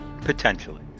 Potentially